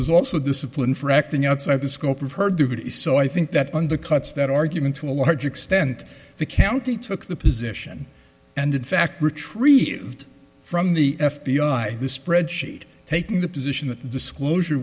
was also disciplined for acting outside the scope of her duties so i think that undercuts that argument to a large extent the county took the position and in fact retrieved from the f b i the spreadsheet taking the position that disclosure